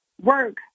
work